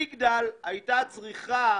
מגדל הייתה צריכה,